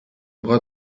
bras